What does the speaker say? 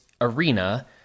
arena